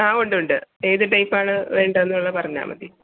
ആ ഉണ്ട് ഉണ്ട് ഏത് ടൈപ്പ് ആണ് വേണ്ടതെന്നുള്ളത് പറഞ്ഞാൽ മതി